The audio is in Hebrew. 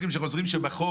שעל פי החוק